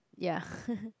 ya